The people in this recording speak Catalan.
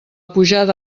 pujada